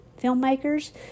filmmakers